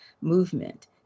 movement